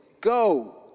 Go